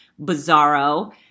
bizarro